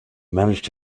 managed